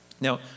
Now